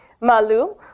Malu